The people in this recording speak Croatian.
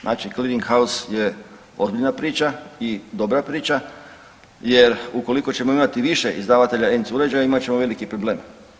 Znači cleaning house je ozbiljna priča i dobra priča jer ukoliko ćemo imati više izdavatelja ENC uređaja imat ćemo veliki problem.